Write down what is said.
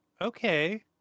Okay